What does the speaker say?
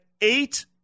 eight